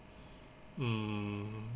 mm